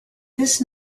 this